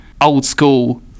old-school